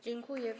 Dziękuję.